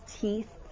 teeth